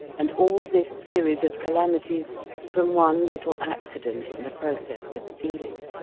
and all this series of calamities from one little accident in the process of feeling.